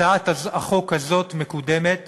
הצעת החוק הזאת מקודמת